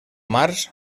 març